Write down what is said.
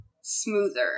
smoother